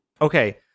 Okay